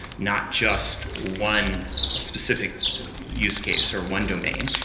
not just one specific use case, or one domain.